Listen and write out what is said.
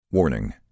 Warning